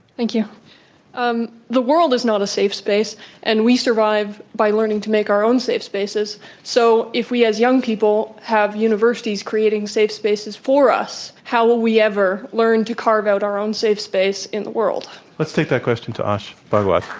like um the world is not a safe space and we survive by learning to make our own safe spaces. so, if we, as young people, have universities creating safe spaces for us, how will we ever learn to carve out our own safe space in the world? let's take that question to ash bhagwat.